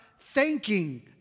thanking